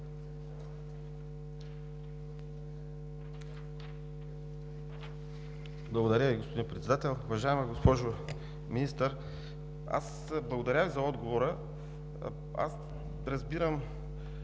Благодаря Ви, господин Председател. Уважаема госпожо Министър, аз благодаря за отговора. Аз разбирам,